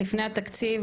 לפני התקציב,